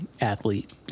athlete